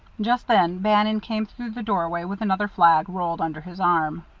just then bannon came through the doorway with another flag rolled under his arm.